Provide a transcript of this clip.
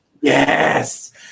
Yes